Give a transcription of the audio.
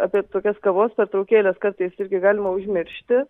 apie tokias kavos pertraukėles kartais irgi galima užmiršti